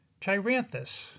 Chiranthus